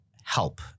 help